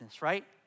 right